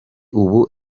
ubu